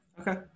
Okay